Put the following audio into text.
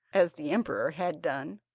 as the emperor had done,